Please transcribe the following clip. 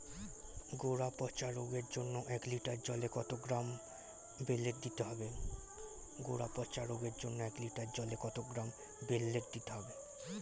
গোড়া পচা রোগের জন্য এক লিটার জলে কত গ্রাম বেল্লের দিতে হবে?